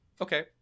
Okay